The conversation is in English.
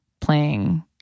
playing